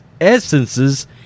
essences